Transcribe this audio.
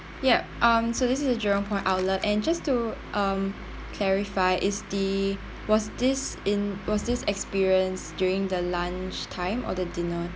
yup um so this is the jurong point outlet and just to um clarify is the was this in was this experience during the lunch time or the dinner